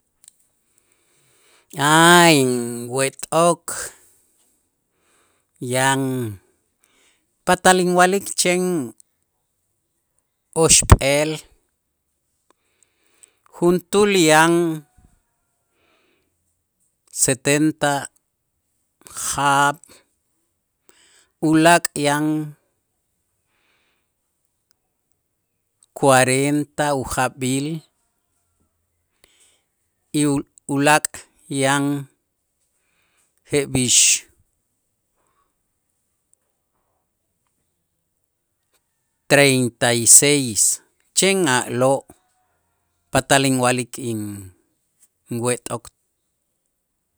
A' inwet'ok yan patal inwa'lik chen oxp'eel juntuul yan setenta jaab' ulaak' yan cuarenta ujaab'il y ulaak' yan jeb'ix treinta y seis, chen a'lo' patal inwa'lik in- inwet'ok.